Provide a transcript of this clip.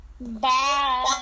Bye